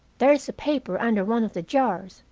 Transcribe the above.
there's a paper under one of the jars,